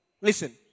Listen